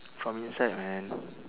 from inside man